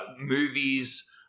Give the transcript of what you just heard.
movies